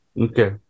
Okay